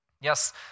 Yes